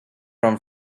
from